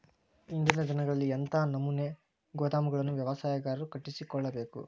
ಇಂದಿನ ದಿನಗಳಲ್ಲಿ ಎಂಥ ನಮೂನೆ ಗೋದಾಮುಗಳನ್ನು ವ್ಯವಸಾಯಗಾರರು ಕಟ್ಟಿಸಿಕೊಳ್ಳಬೇಕು?